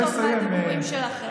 חברת הכנסת יסמין פרידמן, בבקשה.